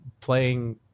playing